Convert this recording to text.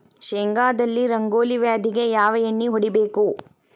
ಶೇಂಗಾದಲ್ಲಿ ರಂಗೋಲಿ ವ್ಯಾಧಿಗೆ ಯಾವ ಎಣ್ಣಿ ಹೊಡಿಬೇಕು?